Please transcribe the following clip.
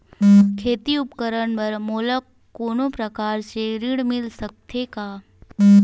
खेती उपकरण बर मोला कोनो प्रकार के ऋण मिल सकथे का?